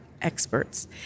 experts